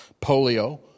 polio